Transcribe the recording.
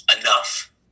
enough